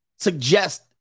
suggest